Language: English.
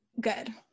good